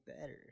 better